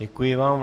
Děkuji vám.